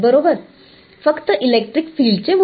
बरोबर फक्त इलेक्ट्रिक फिल्डचे मूल्य